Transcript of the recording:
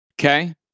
Okay